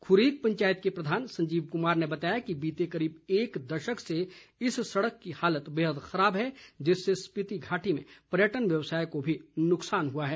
खुरीक पंचायत के प्रधान संजीव कुमार ने बताया है कि बीते करीब एक दशक से इस सड़क की हालत बेहद खराब है जिससे स्पिति घाटी में पर्यटन व्यवसाय को भी नुकसान हुआ है